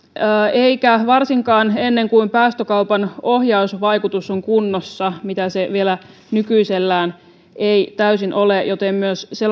eikä varsinkaan ennen kuin päästökaupan ohjausvaikutus on kunnossa mitä se vielä nykyisellään ei täysin ole joten myös se